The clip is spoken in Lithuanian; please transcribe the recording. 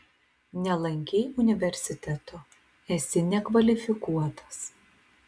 nelankei universiteto esi nekvalifikuotas